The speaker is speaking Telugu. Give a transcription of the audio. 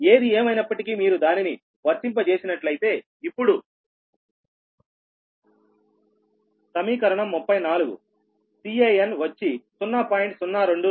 ఏది ఏమైనప్పటికీ మీరు దానిని వర్తింప చేసినట్లయితే ఇప్పుడు సమీకరణం 34 Can వచ్చి 0